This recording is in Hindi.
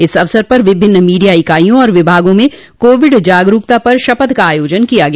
इस अवसर पर विभिन्न मीडिया इकाईयों और विभागों में कोविड जागरूकता पर शपथ का आयोजन किया गया